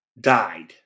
died